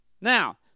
Now